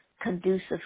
conducive